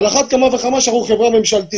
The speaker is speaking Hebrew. על אחת כמה וכמה שאנחנו חברה ממשלתית.